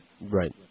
Right